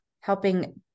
helping